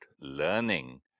learning